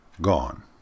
gone